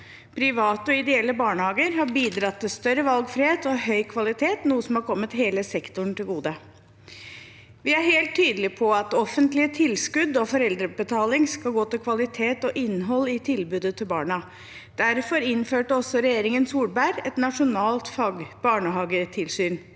Private og ideelle barnehager har bidratt til større valgfrihet og høy kvalitet, noe som har kommet hele sektoren til gode. Vi er helt tydelige på at offentlige tilskudd og foreldrebetaling skal gå til kvalitet og innhold i tilbudet til barna. Derfor innførte også regjeringen Solberg et nasjonalt barnehagetilsyn.